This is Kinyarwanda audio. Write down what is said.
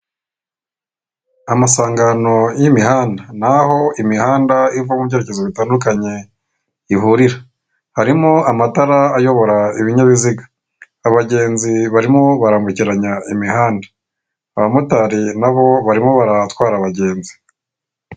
Amasangano y'imihanda, naho imihanda iva mu byerekezo bitandukanye ihurira harimo amatara ayobora ibinyabiziga abagenzi barimo barambukiranya imihanda. Abamotari nabo barimo baratwara abagenzi.